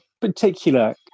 particular